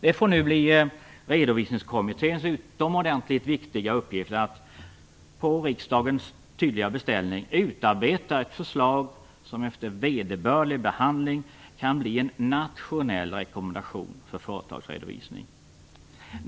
Det får nu bli Redovisningskommitténs utomordentligt viktiga uppgift att - på riksdagens tydliga beställning - utarbeta ett förslag som efter vederbörlig behandling kan bli en nationell rekommendation för företagsredovisning.